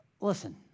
Listen